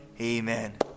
amen